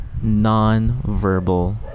nonverbal